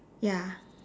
ya